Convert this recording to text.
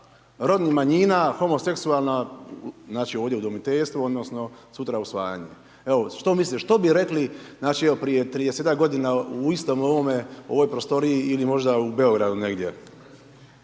rodnih manjina homoseksualna, znači ovdje u udomiteljstvu odnosno sutra usvajanje? Evo, što misliš što bi rekli, znači evo prije 30-ak godina u istom ovome, u ovoj prostoriji ili možda u Beogradu negdje?